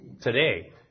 today